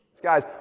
Guys